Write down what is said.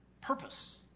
purpose